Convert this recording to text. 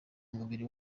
umubiri